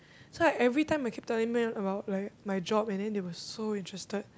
so like every time I keep telling them about like my job and then they were so interested